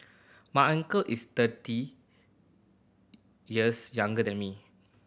my uncle is thirty years younger than me